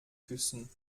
küssen